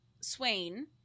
swain